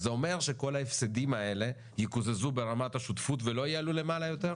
אז זה אומר שכל ההפסדים האלה יקוזזו ברמת השותפות ולא יעלה למעלה יותר?